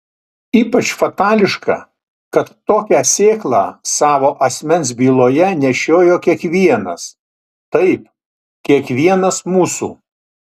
ypač fatališka kad tokią sėklą savo asmens byloje nešiojo kiekvienas taip kiekvienas mūsų